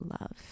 love